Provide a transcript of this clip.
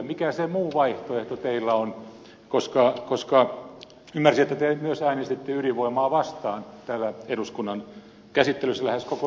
mikä se muu vaihtoehto teillä on koska ymmärsin että myös te äänestitte ydinvoimaa vastaan täällä eduskunnan käsittelyssä lähes koko ryhmänä